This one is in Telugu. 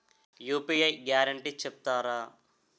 యూ.పీ.యి గ్యారంటీ చెప్తారా?